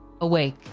awake